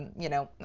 you know,